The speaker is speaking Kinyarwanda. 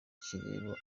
kireba